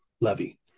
Levy